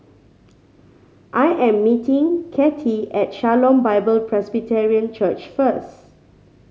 I am meeting Cathey at Shalom Bible Presbyterian Church first